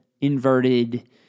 inverted